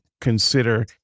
consider